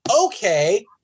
Okay